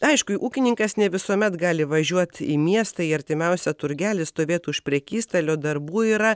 aišku ūkininkas ne visuomet gali važiuot į miestą į artimiausią turgelį stovėt už prekystalio darbų yra